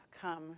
come